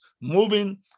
moving